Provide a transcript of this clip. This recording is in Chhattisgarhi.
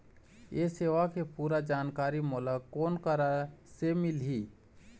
ये सेवा के पूरा जानकारी मोला कोन करा से मिलही?